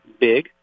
big